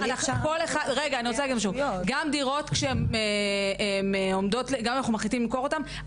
גם דירות כשאנחנו מחליטים למכור אותן,